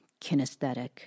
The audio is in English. kinesthetic